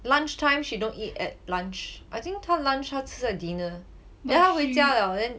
lunchtime she don't eat at lunch I think 他 lunch 他吃在 dinner then 他回家 liao then